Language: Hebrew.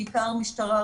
בעיקר משטרה,